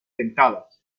dentadas